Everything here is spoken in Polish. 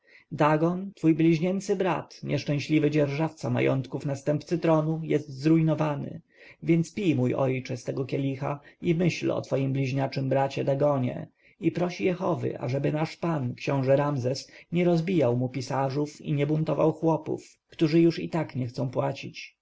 dagon twój bliźnięcy brat nieszczęśliwy dzierżawca majątków następcy tronu jest zrujnowany więc pij mój ojcze z tego kielicha i myśl o twoim bliźniaczym bracie dagonie i proś jehowy ażeby nasz pan książę ramzes nie rozbijał mu pisarzów i nie buntował chłopów którzy już i tak nie chcą płacić